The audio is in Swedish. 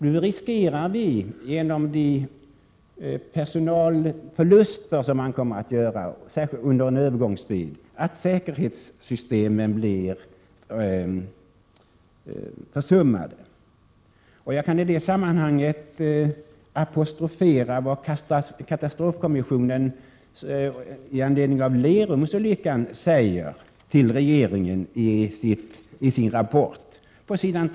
Nu riskerar vi, till följd av de personalförluster som verket kommer att göra under en övergångstid, att säkerhetssystemen blir försummade. Jag kan i sammanhanget apostrofera vad katastrofkommissionen med anledning av Lerumsolyckan säger i sin rapport till regeringen. På s.